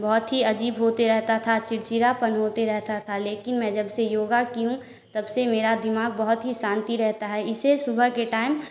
बहुत ही अजीब होते रहता था चिड़चिड़ापन होते रहता था लेकिन जब से योगा की हूँ तब से मेरा दिमाग बहुत ही शान्ति रहता है इसे सुबह के टाइम